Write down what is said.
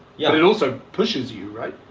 yeah it it also pushes you, right?